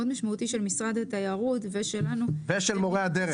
משמעותי של משרד התיירות ושלנו --- ושל מורי הדרך.